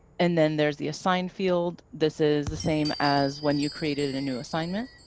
and then there's the assigned field, this is the same as when you created a new assignment.